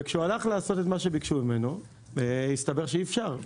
וכשהוא הלך לעשות את מה שביקשו ממנו הסתבר שאי אפשר,